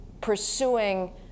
pursuing